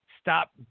stop